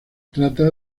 trata